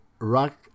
Rock